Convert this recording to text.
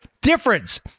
difference